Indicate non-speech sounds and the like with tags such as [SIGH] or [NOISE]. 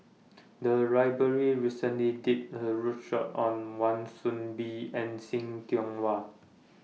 [NOISE] The Library recently did A roadshow on Wan Soon Bee and See Tiong Wah